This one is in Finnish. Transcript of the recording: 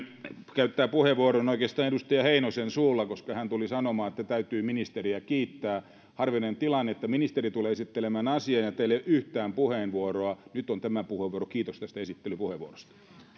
käyttää puheenvuoron oikeastaan edustaja heinosen suulla koska hän tuli sanomaan että täytyy ministeriä kiittää harvinainen tilanne että ministeri tulee esittelemään asiaa ja teillä ei ole yhtään puheenvuoroa nyt on tämä puheenvuoro kiitos tästä esittelypuheenvuorosta